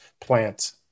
plants